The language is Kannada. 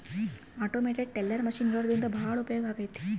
ಆಟೋಮೇಟೆಡ್ ಟೆಲ್ಲರ್ ಮೆಷಿನ್ ಇರೋದ್ರಿಂದ ಭಾಳ ಉಪಯೋಗ ಆಗೈತೆ